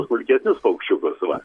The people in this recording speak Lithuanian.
smulkesnius paukščiukus va